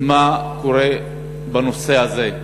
מה קורה בנושא הזה?